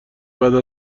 بعد